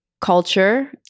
culture